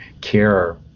care